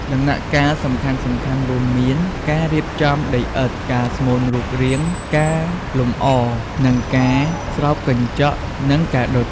ដំណាក់កាលសំខាន់ៗរួមមាន៖ ការរៀបចំដីឥដ្ឋ ការស្មូនរូបរាង ការលម្អ និងការស្រោបកញ្ចក់និងការដុត។